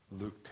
Luke